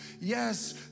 yes